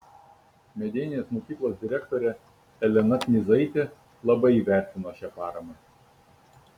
medeinės mokyklos direktorė elena knyzaitė labai įvertino šią paramą